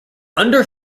under